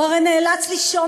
הוא הרי נאלץ לישון